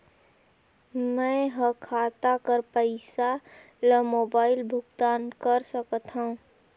मैं ह खाता कर पईसा ला मोबाइल भुगतान कर सकथव?